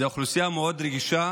זו אוכלוסייה מאוד רגישה.